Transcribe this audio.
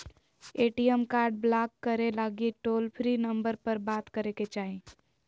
ATM card block करे लगी toll free number पर बात करे के चाही